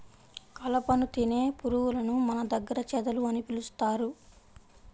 కలపను తినే పురుగులను మన దగ్గర చెదలు అని పిలుస్తారు